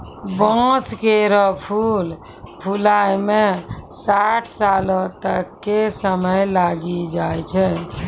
बांस केरो फूल फुलाय म साठ सालो तक क समय लागी जाय छै